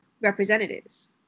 representatives